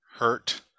Hurt